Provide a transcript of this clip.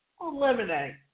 Eliminate